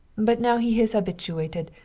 but now he is habituated,